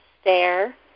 stare